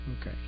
Okay